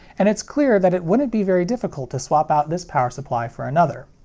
and it's clear that it wouldn't be very difficult to swap out this power supply for another.